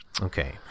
okay